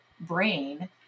brain